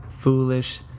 foolish